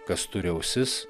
kas turi ausis